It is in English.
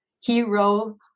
hero